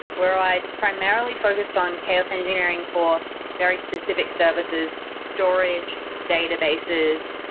where i'd primarily focused on chaos engineering for very specific services, storage, databases,